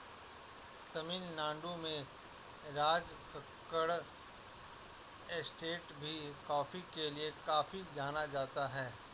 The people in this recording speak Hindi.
तमिल नाडु में राजकक्कड़ एस्टेट भी कॉफी के लिए काफी जाना जाता है